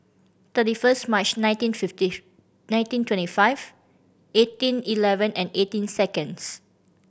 thirty first March nineteen fifty nineteen twenty five eighteen eleven and eighteen seconds